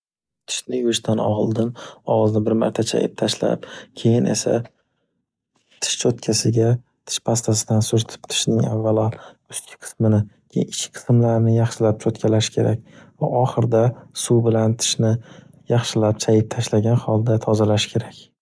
Tishni yuvishdan oldin og'izni bir marta chayib tashlab, keyin esa tish cho'tkasiga, tish pastasidan surtib tishning avvalo ustki qismini, keyin ichki qismlarni yaxshilab cho'tkalash kerak va oxirida suv bilan tishni yaxshilab chayib tashlagan holda tozalash kerak.